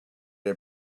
had